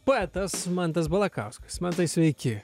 poetas mantas balakauskas mantai sveiki